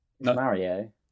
Mario